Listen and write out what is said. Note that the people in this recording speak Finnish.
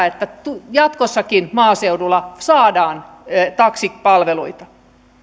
että jatkossakin maaseudulla saadaan taksipalveluita